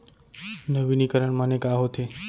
नवीनीकरण माने का होथे?